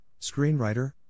screenwriter